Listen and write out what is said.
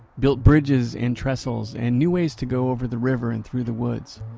built bridges and trestles and new ways to go over the river and through the woods.